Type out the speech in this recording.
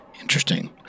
Interesting